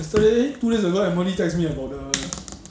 yesterday two days ago emily text me about the